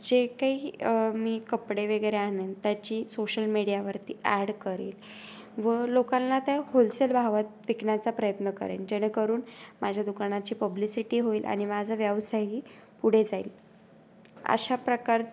जे काही मी कपडे वगैरे आणेन त्याची सोशल मीडियावरती ॲड करेल व लोकांना त्या होलसेल भावात विकण्याचा प्रयत्न करेन जेणेकरून माझ्या दुकानाची पब्लिसिटी होईल आणि माझा व्यवसायही पुढे जाईल अशा प्रकारे